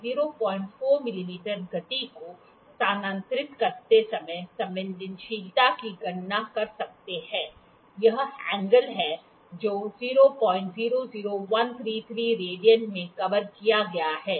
तो हम 04 मिमी गति को स्थानांतरित करते समय संवेदनशीलता की गणना कर सकते हैं यह एंगल है जो 000133 रेडियन में कवर किया गया है